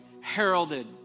heralded